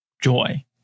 joy